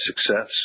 success